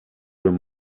wenn